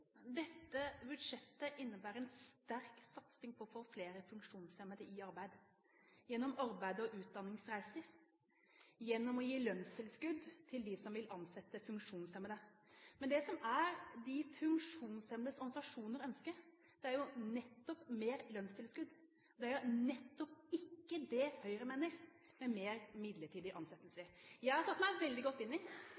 Dette budsjettet innebærer en sterk satsing på å få flere funksjonshemmede i arbeid gjennom arbeids- og utdanningsreiser og gjennom å gi lønnstilskudd til dem som vil ansette funksjonshemmede. Men det som er de funksjonshemmedes organisasjoners ønske, er jo nettopp mer lønnstilskudd, ikke det Høyre mener, mer midlertidige ansettelser.